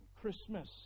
Christmas